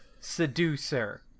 seducer